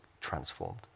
transformed